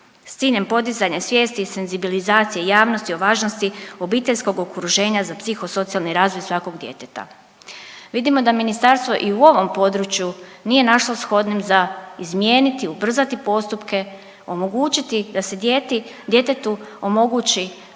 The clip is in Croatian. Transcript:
s ciljem podizanja svijesti i senzibilizacije javnosti o važnosti obiteljskog okruženja za psihosocijalnih razvoj svakog djeteta. Vidimo da ministarstvo i u ovom području nije našlo shodnim za izmijeniti, ubrzati postupke, omogućiti da se djetetu omogući